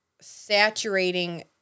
saturating